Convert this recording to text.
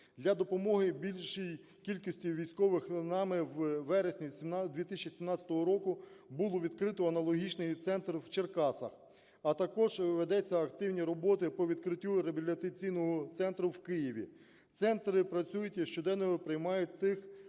Для допомоги більшій кількості військових нами в вересні 2017 року було відкрито аналогічний центр в Черкасах, а також ведуться активні роботи по відкриттю реабілітаційного центру в Києві. Центри працюють і щоденно приймають тих,